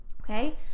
Okay